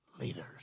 leaders